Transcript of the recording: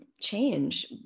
change